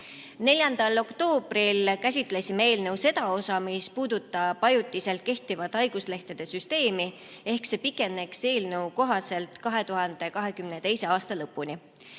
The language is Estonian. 4. oktoobril käsitlesime eelnõu seda osa, mis puudutab ajutiselt kehtivat haiguslehtede süsteemi. See pikeneks eelnõu kohaselt 2022. aasta lõpuni.